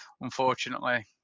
unfortunately